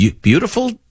Beautiful